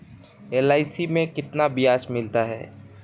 LIC में कितना ब्याज मिलता है?